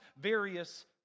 various